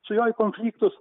su juo į konfliktus